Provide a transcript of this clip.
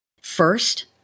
First